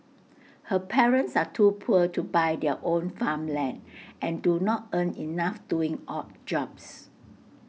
her parents are too poor to buy their own farmland and do not earn enough doing odd jobs